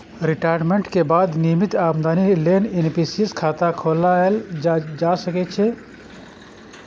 retirement के बाद नियमित आमदनी लेल एन.पी.एस खाता खोलाएल जा सकै छै